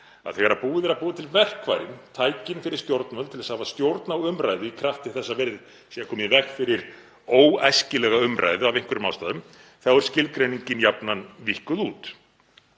að þegar búið er að búa til verkfærin, tækin fyrir stjórnvöld til að hafa stjórn á umræðu í krafti þess að verið sé að koma í veg fyrir óæskilega umræðu af einhverjum ástæðum, þá er skilgreiningin jafnan víkkuð út.